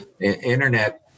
internet